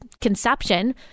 conception